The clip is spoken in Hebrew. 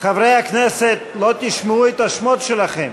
חברי הכנסת, לא תשמעו את השמות שלכם.